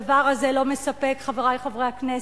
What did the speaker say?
הדבר הזה לא מספק, חברי חברי הכנסת.